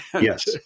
Yes